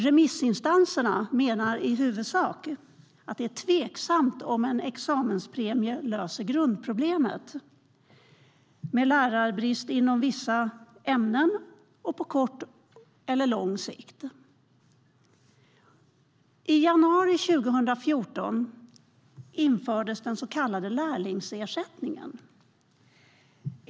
Remissinstanserna menar i huvudsak att det är tveksamt om en examenspremie löser grundproblemet med lärarbrist inom vissa ämnen på kort eller lång sikt. I januari 2014 infördes den så kallade lärlingsersättningen.